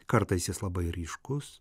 kartais jis labai ryškus